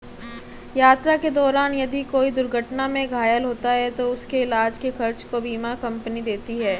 यात्रा के दौरान यदि कोई दुर्घटना में घायल होता है तो उसके इलाज के खर्च को बीमा कम्पनी देती है